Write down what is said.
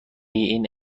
این